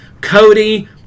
Cody